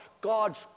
God's